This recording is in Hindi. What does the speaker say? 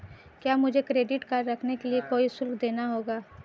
क्या मुझे क्रेडिट कार्ड रखने के लिए कोई शुल्क देना होगा?